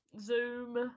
Zoom